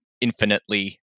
infinitely